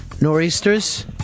Nor'easters